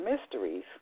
mysteries